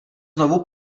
znovu